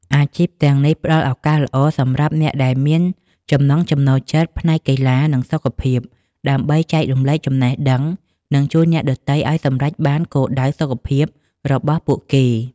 អាជីពទាំងនេះផ្ដល់ឱកាសល្អសម្រាប់អ្នកដែលមានចំណង់ចំណូលចិត្តផ្នែកកីឡា និងសុខភាព ដើម្បីចែករំលែកចំណេះដឹង និងជួយអ្នកដទៃឱ្យសម្រេចបានគោលដៅសុខភាពរបស់ពួកគេ។